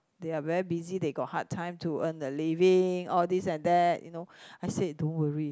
they are very busy they got hard time to earn their living all this and that you know I say don't worry